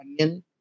Onion